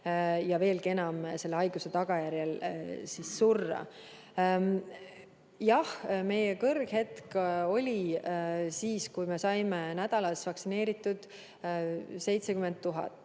või veelgi hullem, selle haiguse tagajärjel surra. Jah, meie kõrghetk oli siis, kui me saime nädalas vaktsineeritud 70 000